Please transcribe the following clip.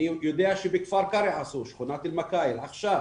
אני יודע שבכפר קרע עשו שכונת אלמקאיל עכשיו.